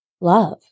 love